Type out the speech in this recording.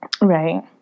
Right